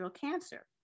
cancer